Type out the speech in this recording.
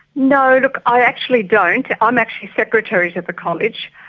no, look, i actually don't. i'm actually secretary to the college,